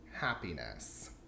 happiness